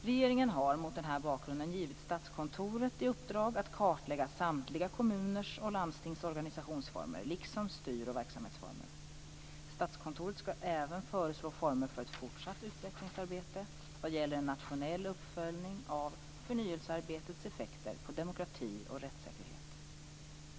Regeringen har mot denna bakgrund givit Statskontoret skall även föreslå former för ett fortsatt utvecklingsarbete vad gäller en nationell uppföljning av förnyelsearbetets effekter på demokrati och rättssäkerhet.